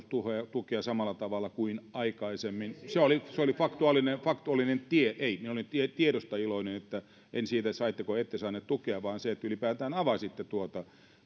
vaalirahoitustukea samalla tavalla kuin aikaisemmin se oli se oli faktuaalinen faktuaalinen tie ei minä olin tiedosta iloinen en siitä saitteko vai ette saanut tukea vaan siitä että ylipäätään avasitte tuota